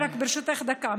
ברשותך, רק דקה.